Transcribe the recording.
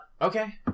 Okay